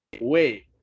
Wait